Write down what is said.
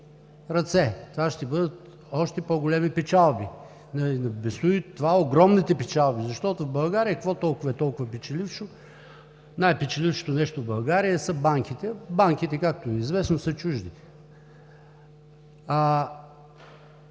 ръце. Това ще бъдат още по-големи печалби, това са огромните печалби. Защото в България какво е толкова печелившо? Най-печелившото нещо в България са банките. Банките, както Ви е известно, са чужди.